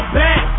back